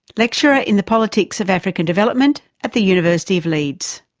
lecturer in the politics of african development at the university of leeds.